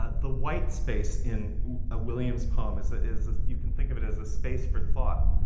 ah the white space in a williams's poem is ah is you can think of it as a space for thought,